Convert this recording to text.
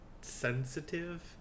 sensitive